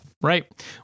Right